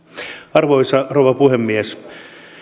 arvoisa rouva puhemies